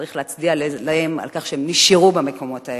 צריך להצדיע להם על כך שהם נשארו במקומות האלה.